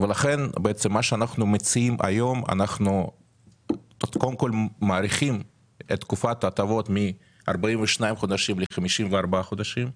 אנחנו היום מציעים להאריך את תקופת ההטבות מ-42 חודשים ל-54 חודשים,